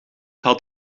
had